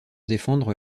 défendre